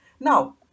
Now